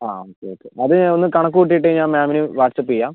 അ അത് ഞാനൊന്ന് കണക്ക് കൂട്ടീട്ട് ഞാൻ മാമിന് വാട്സാപ്പെയ്യാം